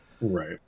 Right